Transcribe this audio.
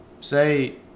Say